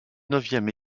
neuvième